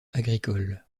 agricole